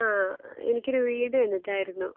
ആ എനിക്കൊരു വീഡിയോ എടുക്കാനായിരുന്നു